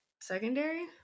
Secondary